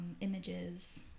images